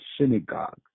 synagogue